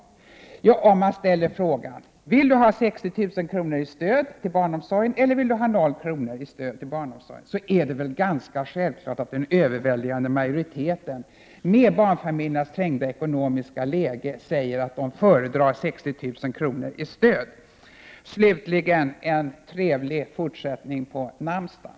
Om man ställer frågan: Vill du ha 60 000 kr. eller vill du ha 0 kr. i stöd till barnomsorg, är det väl ganska självklart att den överväldigande majoriteten med barnfamiljernas ekonomiskt trängda läge svarar att man föredrar 60 000 kr. i stöd. Slutligen vill jag önska statsrådet en trevlig fortsättning på namnsdagen.